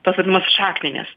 tos vadinamos šakninės